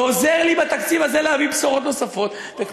ועוזר לי בתקציב הזה להביא בשורות נוספות, וואו.